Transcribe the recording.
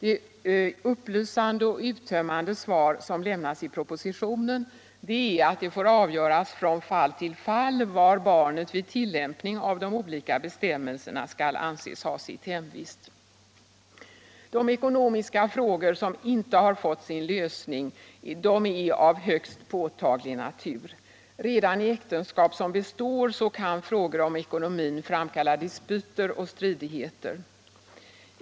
Ett upplysande och uttömmande svar som lämnas i propositionen är att det får avgöras från fall till fall var barnet vid tillämpning av de olika bestämmelserna skall anses ha sitt hemvist. De ekonomiska frågor som inte har fått sin lösning är emellertid av högst påtaglig natur. Redan i äktenskap som består kan frågor om ekonomin framkalla dispyter och stridigheter.